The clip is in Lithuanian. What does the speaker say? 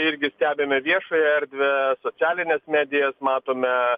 irgi stebime viešąją erdvę socialines medijas matome